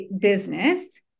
business